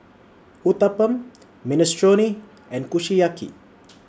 Uthapam Minestrone and Kushiyaki